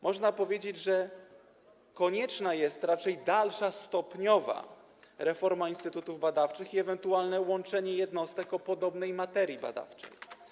Można powiedzieć, że konieczna jest raczej dalsza stopniowa reforma instytutów badawczych i ewentualne łączenie jednostek o podobnej materii badawczej.